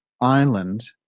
Island